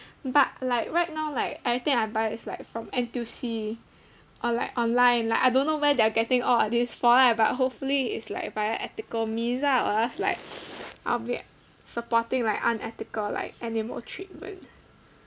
but like right now like everything I buy is like from N_T_U_C r like online like I don't know where they are getting all of these for lah but hopefully it's like via ethical means lah or else like I'll be supporting like unethical like animal treatment